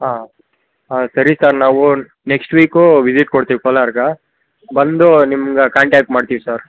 ಹಾಂ ಹಾಂ ಸರಿ ಸರ್ ನಾವು ನೆಕ್ಸ್ಟ್ ವೀಕೂ ವಿಝಿಟ್ ಕೊಡ್ತಿವಿ ಕೋಲಾರ್ಗೆ ಬಂದು ನಿಮ್ಗೆ ಕಾಂಟ್ಯಾಕ್ಟ್ ಮಾಡ್ತಿವಿ ಸರ್